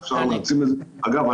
אגב,